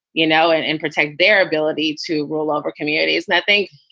you know, and and protect their ability to rule over communities that they,